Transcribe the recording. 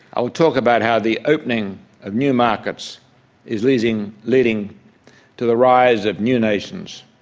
i will talk about how the opening of new markets is leading leading to the rise of new nations,